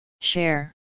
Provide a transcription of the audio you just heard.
share